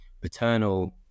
paternal